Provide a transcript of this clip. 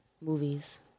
movies